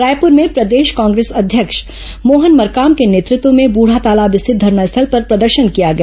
रायपुर में प्रदेश कांग्रेस अध्यक्ष मोहन मरकाम के नेतृत्व में ब्रढातालाब स्थित धरनास्थल पर प्रदर्शन किया गया